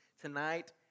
Tonight